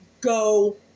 go